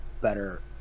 better